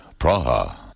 Praha